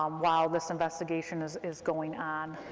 um while this investigation is is going on,